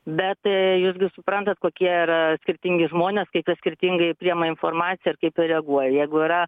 bet tai jūs gi suprantat kokie yra skirtingi žmonės kai kas skirtingai priima informaciją ir kaip jie reaguoja jeigu yra